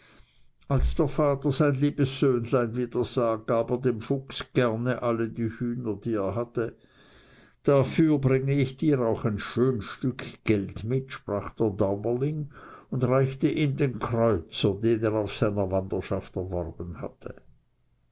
als der vater sein liebes söhnlein wiedersah gab er dem fuchs gern alle die hühner die er hatte dafür bring ich dir auch ein schön stück geld mit sprach der daumerling und reichte ihm den kreuzer den er auf seiner wanderschaft erworben hatte